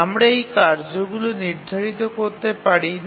আমরা এই কার্যগুলি নির্ধারিত করতে পারি না